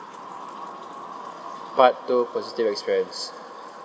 part two positive experience